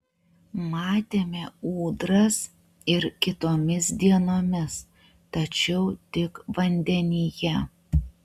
matėme ūdras ir kitomis dienomis tačiau tik vandenyje